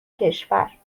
کشور